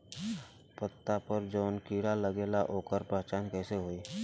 पत्ता पर जौन कीड़ा लागेला ओकर पहचान कैसे होई?